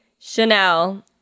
Chanel